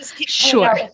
Sure